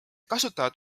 kasutavad